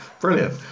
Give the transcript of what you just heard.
brilliant